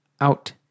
Out